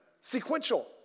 Sequential